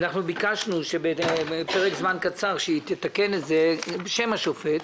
ביקשנו שתתקן את הבקשה בפרק זמן, בשם השופט.